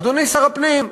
אדוני שר הפנים,